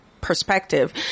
perspective